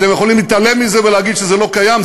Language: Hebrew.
אתם יכולים להתעלם מזה ולהגיד שזה לא קיים,